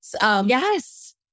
Yes